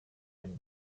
den